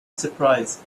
surprised